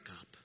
up